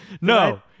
No